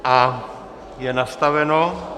A je nastaveno.